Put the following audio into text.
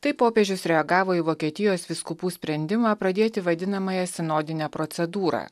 taip popiežius reagavo į vokietijos vyskupų sprendimą pradėti vadinamąją sinodinę procedūrą